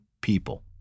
people